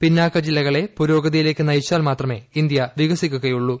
പിന്നാക്ക ജില്ലകളെ പുരോഗതിയിലേക്ക് നയിച്ചാൽ മാത്രമേ ഇന്ത്യ വികസിക്കുകയുള്ളൂ